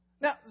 Now